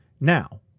Now